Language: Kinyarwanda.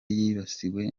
yibasiwe